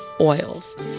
oils